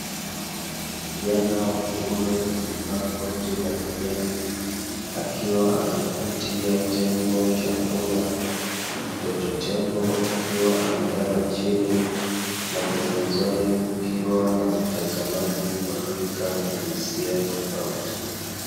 Kijana wa kiume aliyevaa koti la kijani, akiwa anampatia tembo chakula. Mtoto tembo akiwa amelala chini, na pembezoni kukiwa na watazamaji wa rika na jinsia tofauti.